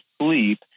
sleep